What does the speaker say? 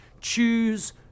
choose